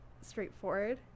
straightforward